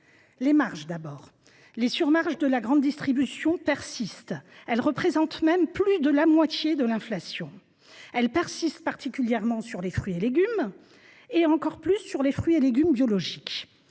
des agricultrices. Les surmarges de la grande distribution persistent, et représentent même plus de la moitié de l’inflation. Elles persistent en particulier sur les fruits et légumes, et encore davantage sur les fruits et légumes biologiques.